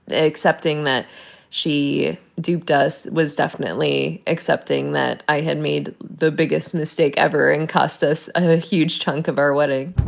accepting that she duped us was definitely accepting that i had made the biggest mistake ever and cost us a huge chunk of our wedding